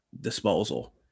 disposal